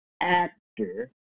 actor